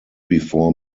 before